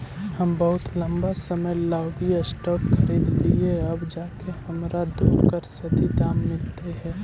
हम बहुत लंबा समय लागी स्टॉक खरीदलिअइ अब जाके हमरा ओकर सही दाम मिललई हे